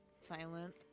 silent